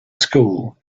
school